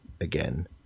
again